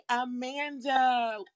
Amanda